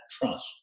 trust